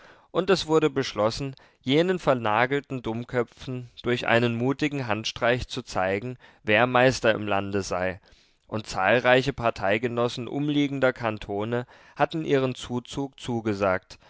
und es wurde beschlossen jenen vernagelten dummköpfen durch einen mutigen handstreich zu zeigen wer meister im lande sei und zahlreiche parteigenossen umliegender kantone hatten ihren zuzug zugesagt